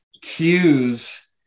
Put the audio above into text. cues